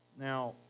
Now